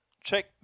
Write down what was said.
check